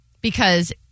because-